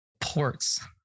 Ports